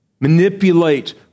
manipulate